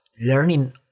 learning